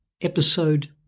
Episode